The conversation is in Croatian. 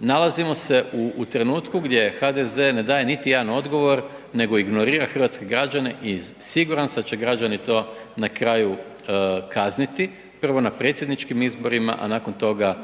nalazimo se u trenutku gdje HDZ ne daje niti jedan odgovor nego ignorira hrvatske građane i siguran sam da će građani to na kraju kazniti, prvo na predsjedničkim izborima, a nakon toga